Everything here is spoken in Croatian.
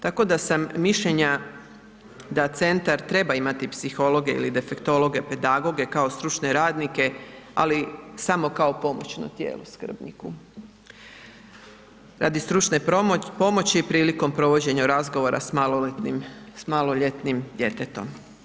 Tako da sam mišljenja da centar treba imati psihologe ili defektologe, pedagoge kao stručne radnike, ali samo kao pomoćno tijelo skrbniku radi stručne pomoći prilikom provođenja razgovora s maloljetnim djetetom.